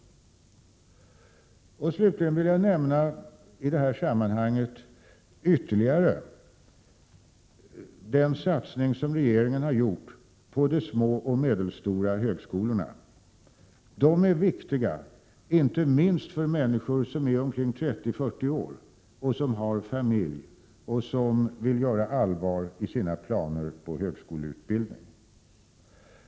Slutligen vill jag i detta sammanhang ytterligare nämna den satsning regeringen har gjort på de små och medelstora högskolorna. De är viktiga, inte minst för människor omkring 30-40 år, som har familj och som vill göra allvar av sina planer på högskoleutbildning.